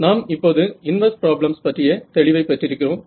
நாம் இப்போது inverse problems பற்றிய தெளிவைப் பெற்றிருக்கிறோம்